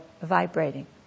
vibrating